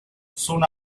soon